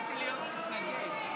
נגד.